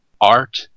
art